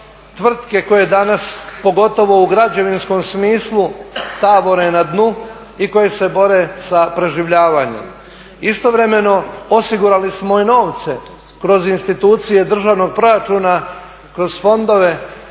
tvrtke koje danas pogotovo u građevinskom smislu tavore na dnu i koji se bore sa preživljavanjem. Istovremeno osigurali smo i novce kroz institucije državnog proračuna, kroz fondove,